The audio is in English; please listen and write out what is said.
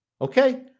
Okay